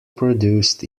produced